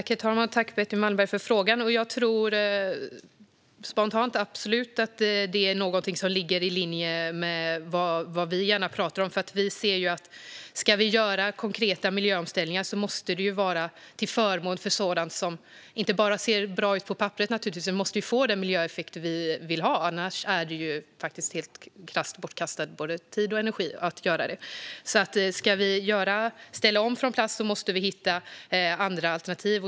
Herr talman! Tack, Betty Malmberg, för frågan! Spontant tror jag absolut att det är något som ligger i linje med vad vi gärna talar om. Om vi ska göra konkreta miljöomställningar måste det vara till förmån för sådant som inte bara ser bra ut på papperet, utan det måste få den miljöeffekt som vi vill ha. Annars är helt krasst både tid och energi bortkastat. Ska vi ställa om från plast måste vi hitta andra alternativ.